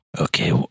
Okay